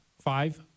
five